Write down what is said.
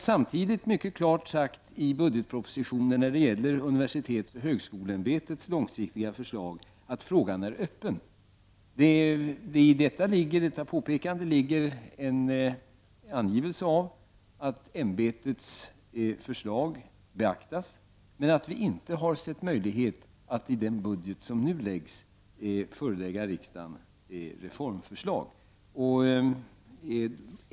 Samtidigt har vi i budgetpropositionen mycket klart sagt att frågan om universitetsoch högkoleämbetets långsiktiga förslag är öppen. I detta påpekande ligger att ämbetets förslag beaktas men att vi inte har sett möjligheter att i den budget som nu framläggs förelägga riksdagen reformförslag.